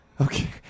Okay